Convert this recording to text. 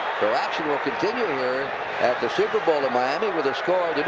so action will continue here at the super bowl in miami with the score